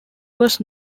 was